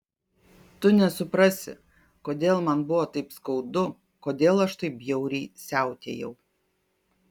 tu nesuprasi kodėl man buvo taip skaudu kodėl aš taip bjauriai siautėjau